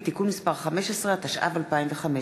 התשע"ו 2015,